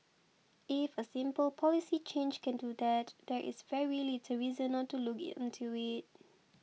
if a simple policy change can do that there is very little reason not to look into it